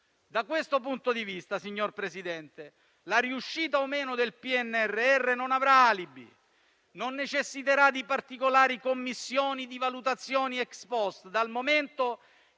Da questo punto di vista, signor Presidente, la riuscita o meno del PNRR non avrà alibi, non necessiterà di particolari commissioni e di valutazioni *ex post*, dal momento che